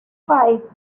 five